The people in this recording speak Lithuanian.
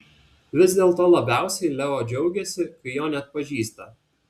vis dėlto labiausiai leo džiaugiasi kai jo neatpažįsta